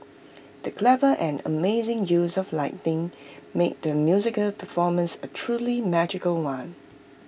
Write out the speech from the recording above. the clever and amazing use of lighting made the musical performance A truly magical one